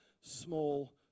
small